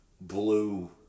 blue